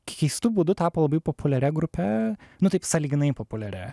keistu būdu tapo labai populiaria grupe nu taip sąlyginai populiaria